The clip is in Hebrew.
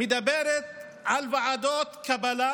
על ועדות קבלה